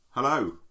Hello